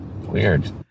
Weird